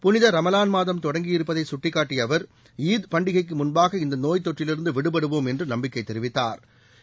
புனித ரமலான் மாதம் தொடங்கியிருப்பதை சுட்டிக்காட்டிய அவர் ஈத் பண்டிகைக்கு முன்பாக இந்த நோய் தொற்றிலிருந்து விடுபடுவோம் என்று நம்பிக்கை தெரிவித்தாா்